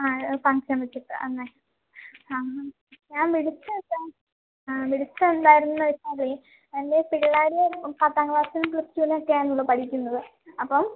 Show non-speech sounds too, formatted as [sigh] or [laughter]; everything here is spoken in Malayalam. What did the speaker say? ആ ഫംഗ്ഷന് വെച്ചിട്ട് [unintelligible] ആഹ് ഞാന് വിളിച്ചത് ആ വിളിച്ചതെന്തായിരുന്നെന്ന് വെച്ചാൽ എന്റെ പിള്ളേർ പത്താം ക്ലാസ്സിലും പ്ലസ്ടുവിലൊക്കെ ആണല്ലോ പഠിക്കുന്നത് അപ്പം